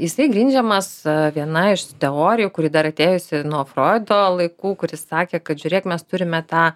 jisai grindžiamas viena iš teorijų kuri dar atėjusi nuo froido laikų kur jis sakė kad žiūrėk mes turime tą